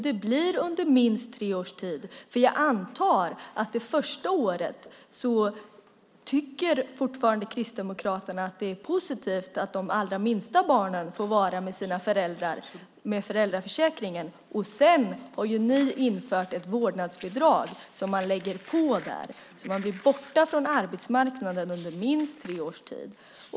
Det blir under minst tre års tid, för jag antar att Kristdemokraterna fortfarande tycker att det är positivt att de allra minsta barnen får vara med sina föräldrar det första året, med föräldraförsäkringen. Sedan har ni infört ett vårdnadsbidrag som man lägger på, så man blir borta från arbetsmarknaden under minst tre års tid.